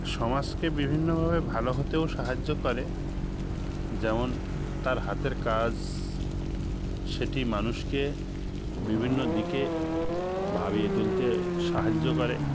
সমাজকে বিভিন্নভাবে ভালো হতেও সাহায্য করে যেমন তার হাতের কাজ সেটি মানুষকে বিভিন্ন দিকে ভাবিয়ে তুলতে সাহায্য করে